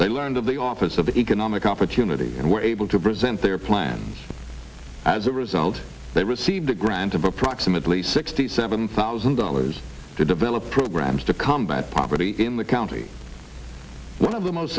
they learned of the office of the economic opportunity and were able to present their plans as a result they received a grant of approximately sixty seven thousand dollars to develop programs to combat poverty in the county one of the most